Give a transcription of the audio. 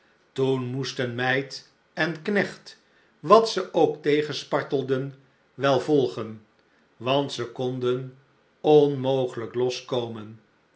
toen moesten meid en knecht wat ze ook tegenspartelden wel volgen want ze konden onmogelijk